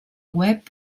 web